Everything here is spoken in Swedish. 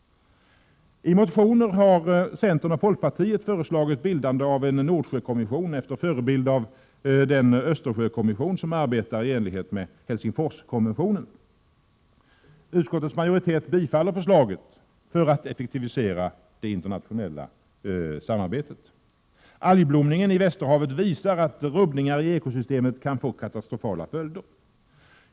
I motioner har centern och folkpartiet föreslagit bildandet av en Nordsjökommission efter förebild av den Östersjökommission som arbetar i enlighet med Helsingforskonventionen. Utskottets majoritet tillstyrker förslaget för att effektivisera det internationella samarbetet. Algblomningen i Västerhavet visar att rubbningar i ekosystemet kan få katastrofala följder.